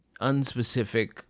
unspecific